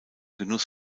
genuss